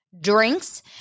drinks